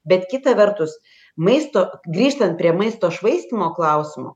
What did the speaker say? bet kita vertus maisto grįžtant prie maisto švaistymo klausimo